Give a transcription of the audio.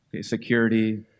security